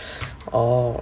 oh